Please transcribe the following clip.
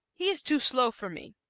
he is too slow for me,